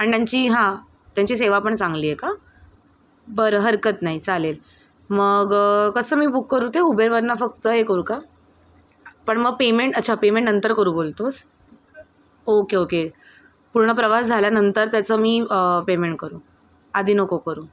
आणि त्यांची हां त्यांची सेवा पण चांगली आहे का बरं हरकत नाही चालेल मग कसं मी बुक करू ते उबेरवरनं फक्त हे करू का पण म पेमेंट अच्छा पेमेंट नंतर करू बोलतोस ओके ओके पूर्ण प्रवास झाल्यानंतर त्याचं मी पेमेंट करू आधी नको करू